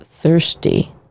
Thirsty